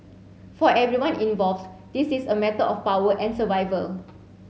for everyone involved this is a matter of power and survival